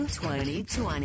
2020